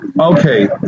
okay